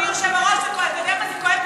אדוני היושב-ראש, אתה יודע למה זה כואב לנו?